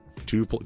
two